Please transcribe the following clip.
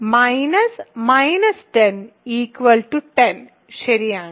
-10 ശരിയാണ്